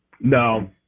No